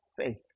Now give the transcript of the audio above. Faith